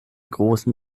großen